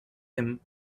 him